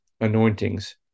anointings